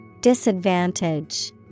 Disadvantage